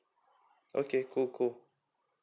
okay cool cool